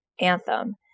anthem